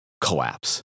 collapse